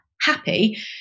happy